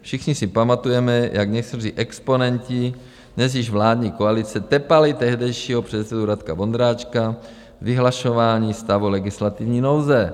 Všichni si pamatujeme, jak někteří exponenti dnes již vládní koalice tepali tehdejšího předsedu Radka Vondráčka k vyhlašování stavu legislativní nouze.